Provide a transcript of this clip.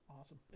Awesome